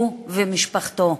הוא ומשפחתו.